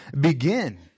begin